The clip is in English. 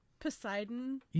Poseidon